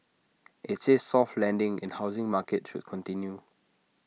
IT says soft landing in housing market should continue